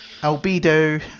albedo